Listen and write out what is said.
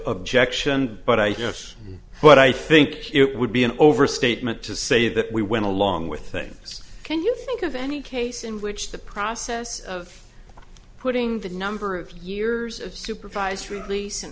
objection but i yes but i think it would be an overstatement to say that we went along with things can you think of any case in which the process of putting the number of years of supervised releas